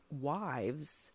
wives